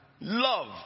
love